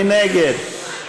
מי נגד?